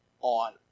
on